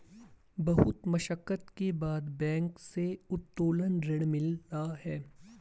बहुत मशक्कत के बाद बैंक से उत्तोलन ऋण मिला है